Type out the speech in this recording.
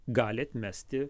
gali atmesti